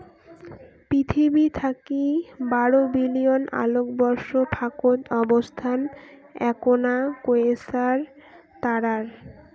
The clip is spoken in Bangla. পিথীবি থাকি বারো বিলিয়ন আলোকবর্ষ ফাকত অবস্থান এ্যাকনা কোয়েসার তারার